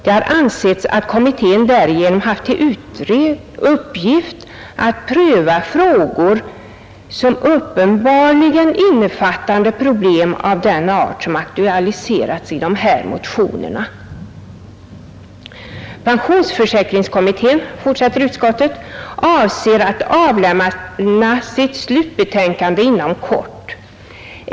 Det har ansetts att kommittén därigenom haft till uppgift att pröva frågor som uppenbarligen innefattade problem av den art som aktualiserats genom motionerna. Pensionsförsäkringskommittén avser att avlämna sitt slutbetänkande inom kort.